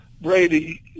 Brady